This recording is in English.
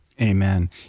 Amen